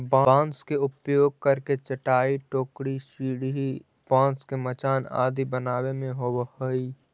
बाँस के उपयोग करके चटाई, टोकरी, सीढ़ी, बाँस के मचान आदि बनावे में होवऽ हइ